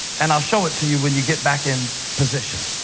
and i'll show it to you when you get back in position.